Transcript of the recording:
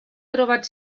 trobat